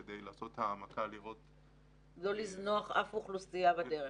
כדי לא לזנוח אף אוכלוסייה בדרך.